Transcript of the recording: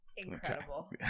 incredible